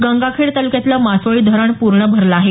गंगाखेड तालुक्यातलं मासोळी धरण पूर्ण भरलं आहे